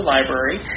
Library